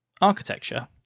architecture